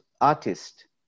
artist